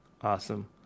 Awesome